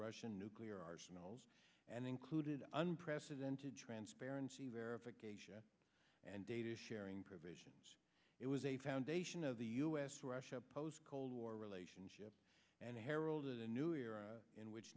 russian nuclear arsenals and included unprecedented transparency verification and data sharing provisions it was a foundation of the us russia post cold war relationship and heralded a new era in which